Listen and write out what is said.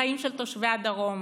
לחיים של תושבי הדרום: